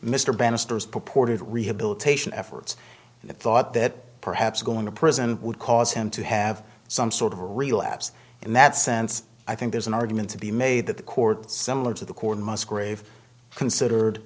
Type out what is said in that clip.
purported rehabilitation efforts and thought that perhaps going to prison would cause him to have some sort of relapse in that sense i think there's an argument to be made that the court similar to the court musgrave considered